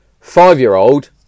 Five-year-old